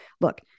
look